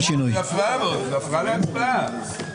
הפסקה עד 7:21. (הישיבה נפסקה בשעה 07:16